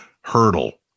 hurdle